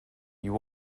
you